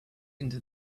into